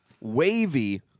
wavy